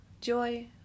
joy